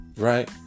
Right